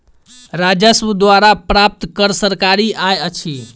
राजस्व द्वारा प्राप्त कर सरकारी आय अछि